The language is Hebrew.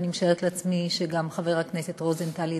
ואני משערת לעצמי שגם חבר הכנסת רוזנטל ידבר: